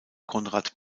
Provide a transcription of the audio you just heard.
konrad